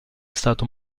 stato